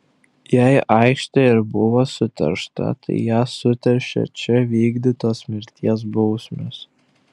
jei aikštė ir buvo suteršta tai ją suteršė čia vykdytos mirties bausmės